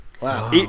Wow